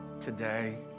today